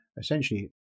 essentially